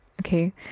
okay